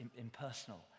impersonal